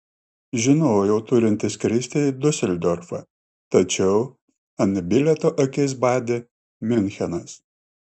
žinojau turinti skristi į diuseldorfą tačiau ant bilieto akis badė miunchenas